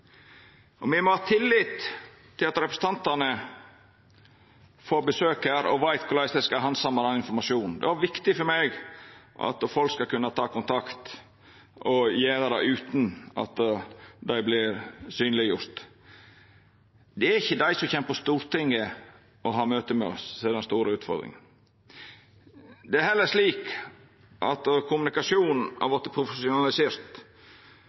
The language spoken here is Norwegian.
Me må ha tillit til at representantane får besøk her og veit korleis dei skal handsama informasjon. Det er òg viktig for meg at folk skal kunna ta kontakt og gjera det utan at dei vert synleggjorde. Det er ikkje dei som kjem til Stortinget for å ha møte med oss, som er den store utfordringa. Det er heller slik at kommunikasjonen har vorte profesjonalisert.